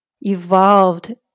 evolved